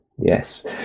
Yes